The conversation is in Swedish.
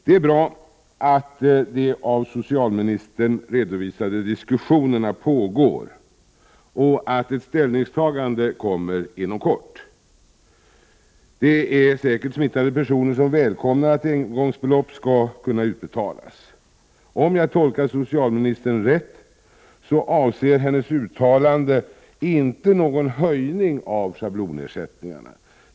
Det är bra att de av socialministern redovisade diskussionerna pågår och 11 november 1988 att ett ställningstagande kommer inom kort. Det finns säkert smittade personer som välkomnar att engångsbelopp skall kunna utbetalas. Men om jag tolkar socialministern rätt avser hennes uttalande inte någon höjning av schablonersättningarna.